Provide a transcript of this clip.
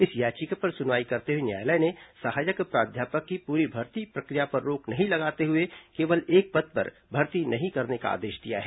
इस याचिका पर सुनवाई करते हुए न्यायालय ने सहायक प्राध्यापक की पूरी भर्ती प्रक्रिया पर रोक नहीं लगाते हुए केवल एक पद पर भर्ती नहीं करने का आदेश दिया है